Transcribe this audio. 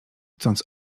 chcąc